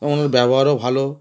এবং ওনার ব্যবহারও ভালো